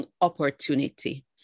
opportunity